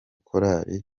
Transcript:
korari